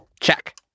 Check